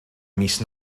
mis